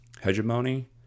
hegemony